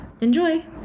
Enjoy